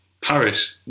Paris